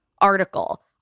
Article